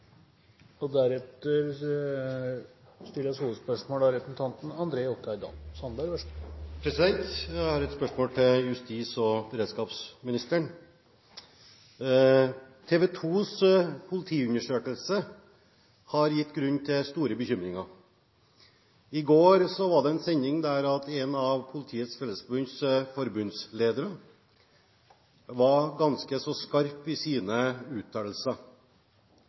Jeg har et spørsmål til justis- og beredskapsministeren. TV 2s politiundersøkelse har gitt grunn til store bekymringer. I går var det en sending der en av Politiets Fellesforbunds ledere var ganske så skarp i sine uttalelser.